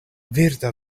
virta